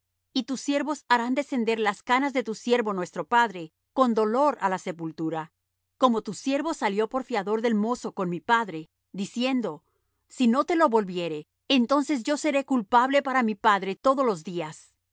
y tus siervos harán descender las canas de tu siervo nuestro padre con dolor á la sepultura como tu siervo salió por fiador del mozo con mi padre diciendo si no te lo volviere entonces yo seré culpable para mi padre todos los días